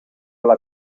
alla